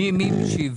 מי משיב?